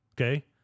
okay